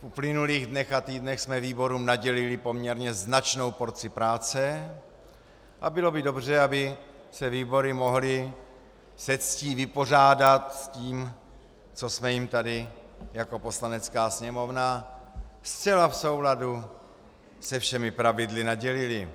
V uplynulých dnech a týdnech jsme výborům nadělili poměrně značnou porci práce a bylo by dobře, aby se výbory mohly se ctí vypořádat s tím, co jsme jim tady jako Poslanecká sněmovna zcela v souladu se všemi pravidly nadělili.